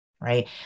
Right